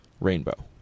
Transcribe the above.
Rainbow